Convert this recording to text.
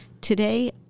Today